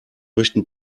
möchten